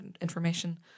Information